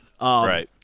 right